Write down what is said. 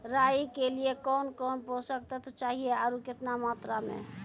राई के लिए कौन कौन पोसक तत्व चाहिए आरु केतना मात्रा मे?